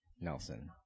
Nelson